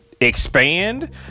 expand